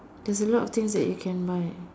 there's a lot of things that you can buy